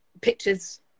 pictures